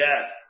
yes